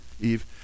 Eve